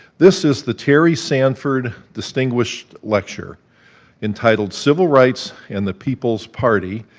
this is the terry sanford distinguished lecture entitled civil rights and the people's party,